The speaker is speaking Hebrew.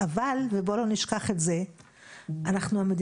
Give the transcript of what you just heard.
אנחנו נגיע על בסיס